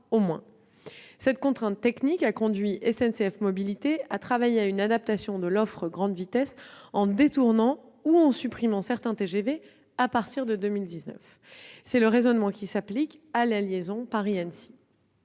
Cette contrainte technique a conduit SNCF Mobilités à travailler à une adaptation de l'offre grande vitesse en détournant ou en supprimant certains TGV à partir de 2019. C'est ce raisonnement qui s'applique à la liaison Paris-Annecy.